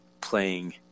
playing